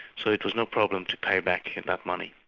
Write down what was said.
so it was no problem to pay back that money.